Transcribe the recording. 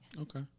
Okay